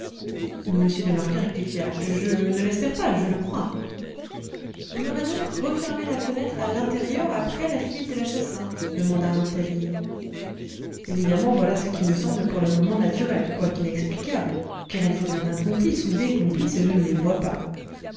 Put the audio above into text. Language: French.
de marquet rectifia je ne l'espère pas je le crois on aurait donc refermé la fenêtre à l'intérieur après la fuite de l'assassin demanda rouletabille évidemment voilà ce qui me semble pour le moment naturel quoique inexplicable car il faudrait un complice ou des complices et je ne les vois pas